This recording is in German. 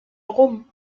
rum